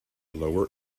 lower